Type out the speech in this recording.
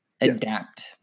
adapt